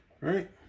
right